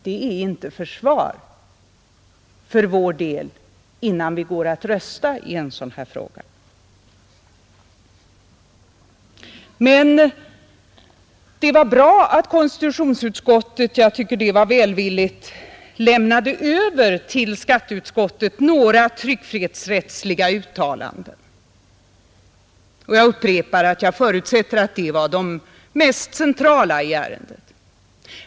Detta är inget försvar innan vi går att rösta i en sådan här fråga. Det var bra att konstitutionsutskottet välvilligt till skatteutskottet lämnade över några tryckfrihetsrättsliga uttalanden. Jag upprepar att jag förutsätter att det var de mest centrala i ärendet.